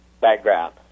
background